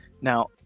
now